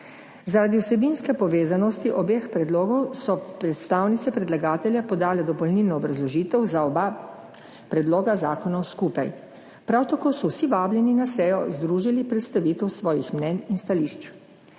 Zaradi vsebinske povezanosti obeh predlogov so predstavnice predlagatelja podale dopolnilno obrazložitev za oba predloga zakona skupaj, prav tako so vsi vabljeni na sejo združili predstavitev svojih mnenj in stališč.